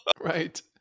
Right